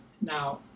Now